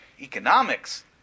Economics